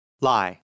Lie